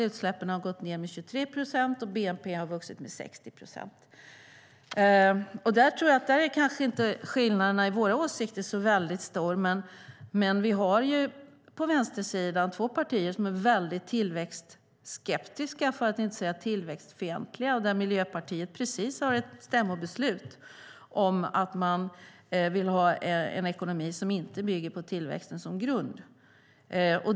Utsläppen har minskat med 23 procent, och bnp har vuxit med 60 procent. Skillnaderna i våra åsikter är inte så stora, men det finns på vänstersidan två partier som är tillväxtskeptiska för att inte säga tillväxtfientliga. Miljöpartiet har precis fattat ett stämmobeslut om att ha en ekonomi som inte bygger på tillväxt som grund.